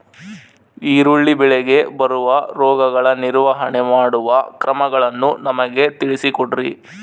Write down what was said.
ಈರುಳ್ಳಿ ಬೆಳೆಗೆ ಬರುವ ರೋಗಗಳ ನಿರ್ವಹಣೆ ಮಾಡುವ ಕ್ರಮಗಳನ್ನು ನಮಗೆ ತಿಳಿಸಿ ಕೊಡ್ರಿ?